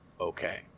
Okay